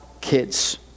kids